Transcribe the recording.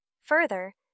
Further